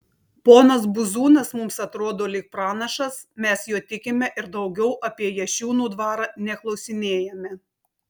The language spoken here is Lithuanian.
ponas buzūnas mums atrodo lyg pranašas mes juo tikime ir daugiau apie jašiūnų dvarą neklausinėjame